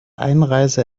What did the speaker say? einreise